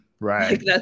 Right